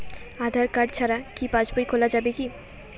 আধার card ছাড়া কি পাসবই খোলা যাবে কি?